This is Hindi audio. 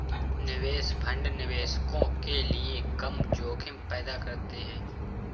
निवेश फंड निवेशकों के लिए कम जोखिम पैदा करते हैं